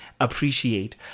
appreciate